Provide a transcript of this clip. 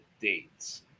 dates